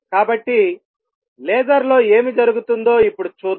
కాబట్టి లేజర్లో ఏమి జరుగుతుందో ఇప్పుడు చూద్దాం